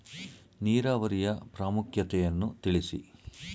ನೀರಾವರಿಯ ಪ್ರಾಮುಖ್ಯತೆ ಯನ್ನು ತಿಳಿಸಿ?